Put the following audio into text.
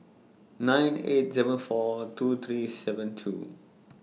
nine eight seven four two three seven two